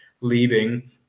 leaving